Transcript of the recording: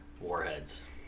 Warheads